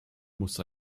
muss